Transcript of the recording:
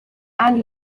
and